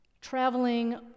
traveling